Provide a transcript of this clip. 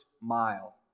mile